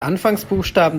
anfangsbuchstaben